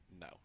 No